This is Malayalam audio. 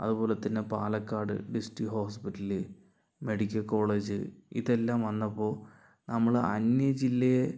അതുപോലെത്തന്നെ Palakkad district hospital medical college ഇതെല്ലാം വന്നപ്പോൾ നമ്മൾ അന്യ ജില്ലയെ